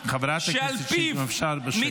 חברת הכנסת שטרית, אם אפשר, בשקט.